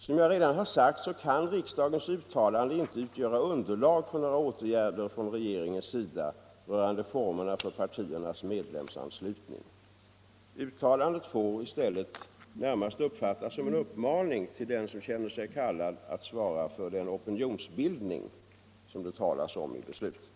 Som jag redan har sagt kan riksdagens uttalande inte utgöra underlag för några åtgärder från regeringens sida rörande formerna för partiernas medlemsanslutning. Uttalandet får i stället uppfattas som en uppmaning till den som känner sig kallad att svara för den opinionsbildning som det talas om i beslutet.